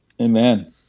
Amen